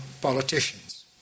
politicians